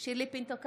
שירלי פינטו קדוש,